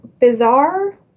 bizarre